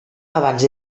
abans